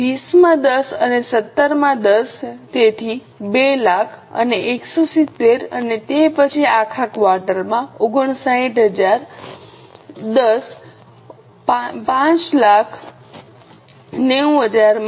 20 માં 10 અને 17 માં 10 તેથી 200000 અને 170 અને તે પછી આખા ક્વાર્ટરમાં 59000 10 590000 માં